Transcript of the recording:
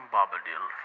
Bobadil